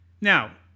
Now